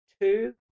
two